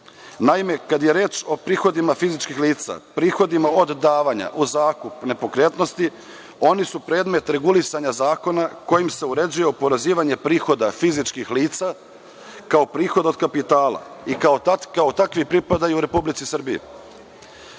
kada je reč o prihodima fizičkih lica, prihodima od davanja u zakup nepokretnosti oni su predmet regulisanja zakona kojim se uređuje oporezivanje prihoda fizičkih lica kao prihod od kapitala i kao takvi pripadaju Republici